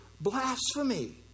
Blasphemy